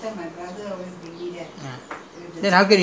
during my younger days the shops were still there